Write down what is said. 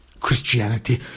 christianity